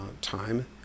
time